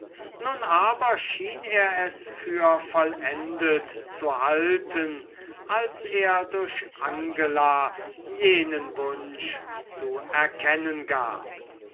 nun aber schien er es für vollendet zu halten als er durch angela jenen wunsch zu erkennen gab